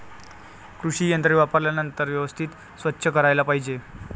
कृषी यंत्रे वापरल्यानंतर व्यवस्थित स्वच्छ करायला पाहिजे